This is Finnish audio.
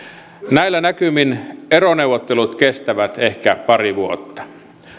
näillä näkymin eroneuvottelut kestävät ehkä pari vuotta